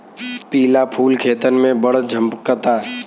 पिला फूल खेतन में बड़ झम्कता